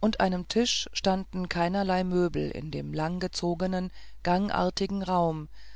und einem tisch standen keinerlei möbel in dem langgezogenen gangartigen raum